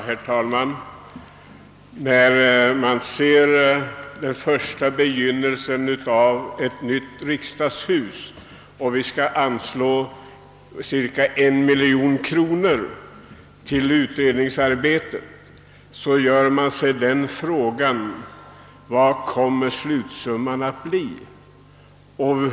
Herr talman! När man ser de första planerna på ett nytt riksdagshus ta gestalt och vet att vi står i begrepp att anslå en miljon kronor till utredningsarbetet, så ställer man sig frågan: Vad kommer slutsumman att uppgå till?